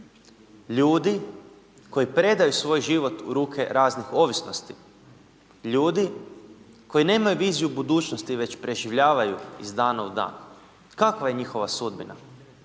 ljudi koji predaju svoj život u ruke raznih ovisnosti, ljudi koji nemaju viziju budućnosti već preživljavaju iz dana u dan. Kakva je njihova sudbina